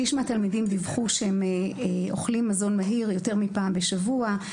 שליש מהתלמידים דיווחו שהם אוכלים מזון מהיר יותר מפעם בשבוע.